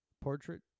portrait